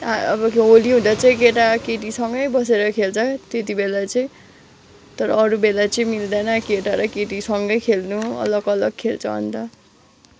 अब होली हुँदा चाहिँ केटा केटी सँगै बसेर खेल्छ त्यति बेला चाहिँ तर अरू बेला चाहिँ मिल्दैन केटा र केटी सँगै खेल्नु अलग अलग खेल्छ अन्त